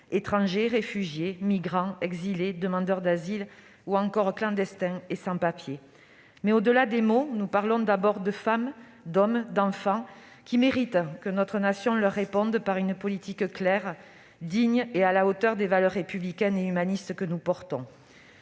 étrangers, réfugiés, migrants, exilés, demandeurs d'asile, ou encore clandestins et sans-papiers. Mais, au-delà des mots, nous parlons d'abord de femmes, d'hommes et d'enfants, qui méritent que notre nation leur réponde par une politique claire, digne et à la hauteur des valeurs républicaines et humanistes que nous défendons.